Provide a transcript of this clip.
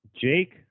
Jake